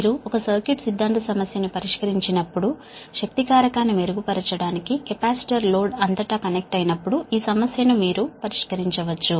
మీరు ఒక సర్క్యూట్ సిద్ధాంత సమస్య ను పరిష్కరించినప్పుడు పవర్ ఫాక్టర్ ని మెరుగుపరచడానికి కెపాసిటర్ లోడ్ అంతటా కనెక్ట్ అయినప్పుడు ఈ సమస్యను మీరు పరిష్కరించవచ్చు